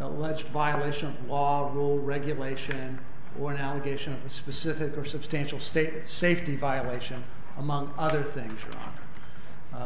alleged violation of law rule regulation one allegation specific or substantial state safety violation among other things